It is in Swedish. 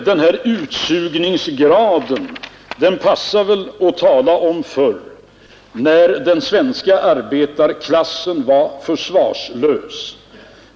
Den här utsugningsgraden passade det väl att tala om förr när den svenska arbetarklassen var försvarslös.